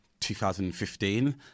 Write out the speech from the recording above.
2015